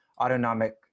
autonomic